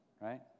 right